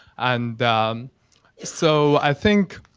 and so i think,